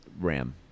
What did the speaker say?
Ram